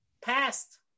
past